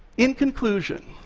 in conclusion,